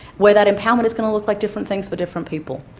where that empowerment is going to look like different things for different people.